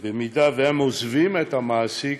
במידה שהם עוזבים את המעסיק,